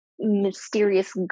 mysterious